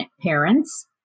parents